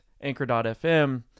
Anchor.fm